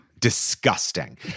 disgusting